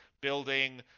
building